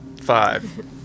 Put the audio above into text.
five